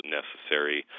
necessary